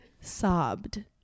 sobbed